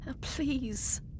Please